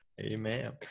Amen